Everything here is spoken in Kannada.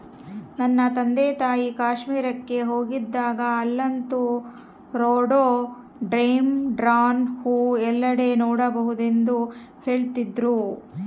ನನ್ನ ತಂದೆತಾಯಿ ಕಾಶ್ಮೀರಕ್ಕೆ ಹೋಗಿದ್ದಾಗ ಅಲ್ಲಂತೂ ರೋಡೋಡೆಂಡ್ರಾನ್ ಹೂವು ಎಲ್ಲೆಡೆ ನೋಡಬಹುದೆಂದು ಹೇಳ್ತಿದ್ರು